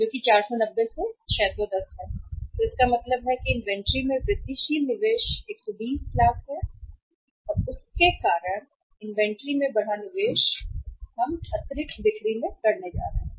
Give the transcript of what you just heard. जो कि 490 से है 610 इसका मतलब है कि इन्वेंट्री में वृद्धिशील निवेश 120 लाख और उसके कारण या के रूप में होगा इन्वेंट्री में बढ़ा निवेश हम कितनी अतिरिक्त बिक्री करने जा रहे हैं